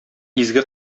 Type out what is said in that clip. изге